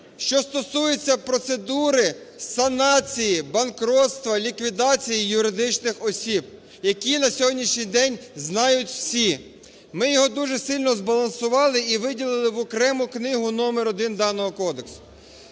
що стосується процедури санації, банкрутства, ліквідації юридичних осіб, які на сьогоднішній день знають всі. Ми його дуже сильно збалансували і виділили в окрему книгу номер 1 даного кодексу.